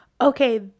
Okay